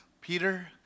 Peter